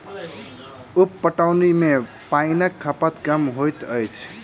उप पटौनी मे पाइनक खपत कम होइत अछि